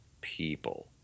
people